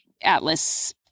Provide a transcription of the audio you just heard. atlas